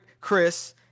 Chris